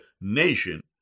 nation